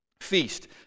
feast